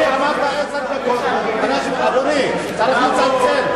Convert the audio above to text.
אדוני, אמרת עשר דקות, צריך לצלצל.